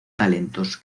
talentos